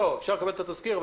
אפשר לקבל את התזכיר.